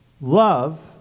Love